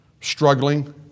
struggling